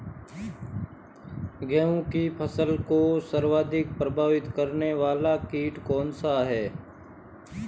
गेहूँ की फसल को सर्वाधिक प्रभावित करने वाला कीट कौनसा है?